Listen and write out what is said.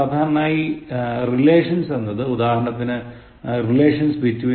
സാധാരണയായി Relations എന്നത് ഉദാഹരണത്തിന് 'relations between India and Pakistan